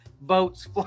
boats